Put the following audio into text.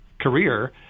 career